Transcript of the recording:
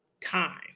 time